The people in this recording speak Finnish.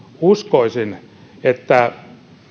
uskoisin että